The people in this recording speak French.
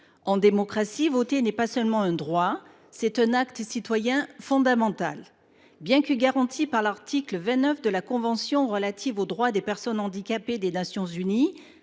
En démocratie, voter n’est pas seulement un droit, c’est un acte citoyen fondamental. Or, bien que garantie par l’article 29 de la convention relative aux droits des personnes handicapées des Nations unies,